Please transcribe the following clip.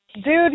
Dude